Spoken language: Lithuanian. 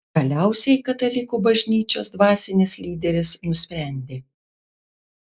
galiausiai katalikų bažnyčios dvasinis lyderis nusprendė